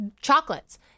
chocolates